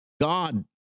God